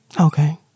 Okay